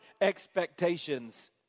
expectations